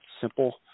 simple